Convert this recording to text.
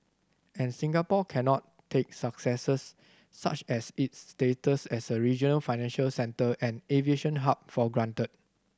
and Singapore cannot take successes such as its status as a regional financial centre and aviation hub for granted